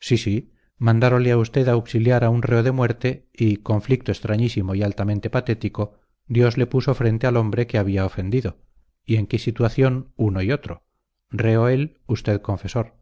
sí sí mandáronle a usted auxiliar a un reo de muerte y conflicto extrañísimo y altamente patético dios le puso frente al hombre que había ofendido y en qué situación uno y otro reo él usted confesor